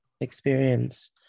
experience